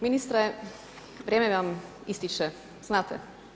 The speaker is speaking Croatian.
Ministre, vrijeme vam ističe, znate?